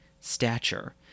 stature